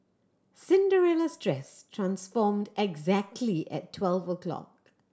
Cinderella's dress transformed exactly at twelve o'clock